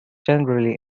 generally